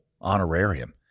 honorarium